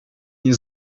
nie